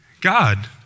God